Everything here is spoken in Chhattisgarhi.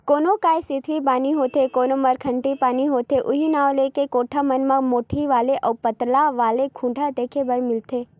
कोनो गाय सिधवी बानी होथे कोनो मरखंडी बानी होथे उहीं नांव लेके कोठा मन म मोठ्ठ वाले अउ पातर वाले खूटा देखे बर मिलथे